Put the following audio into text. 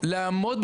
שוב אתה לא עונה לי.